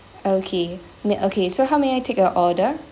okay may okay so how may I take your order